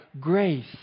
grace